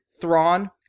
Thrawn